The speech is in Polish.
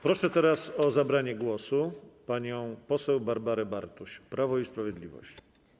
Proszę teraz o zabranie głosu panią poseł Barbarę Bartuś, Prawo i Sprawiedliwość.